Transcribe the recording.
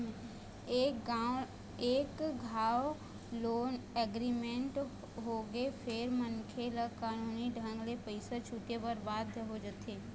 एक घांव loan agreement होगे फेर मनखे ह कानूनी ढंग ले पइसा छूटे बर बाध्य हो जाथे